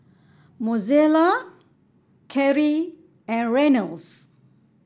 Mozella Carie and Reynolds